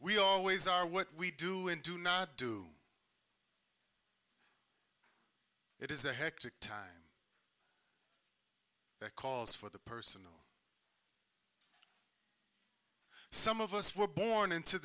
we always are what we do and do not do it is a hectic time calls for the person some of us were born into